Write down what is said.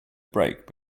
break